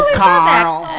carl